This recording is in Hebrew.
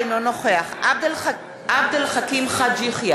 אינו נוכח עבד אל חכים חאג' יחיא,